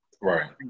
Right